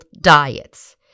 diets